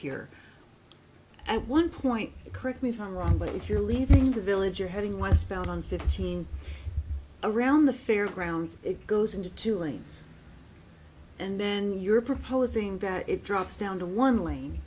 here at one point correct me if i'm wrong but if you're leaving the village or heading westbound on fifteen around the fairgrounds it goes into two lanes and then you're proposing that it drops down to one lane